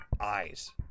eyes